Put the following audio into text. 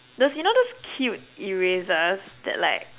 those you know those cute erasers that like